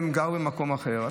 צודק.